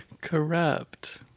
corrupt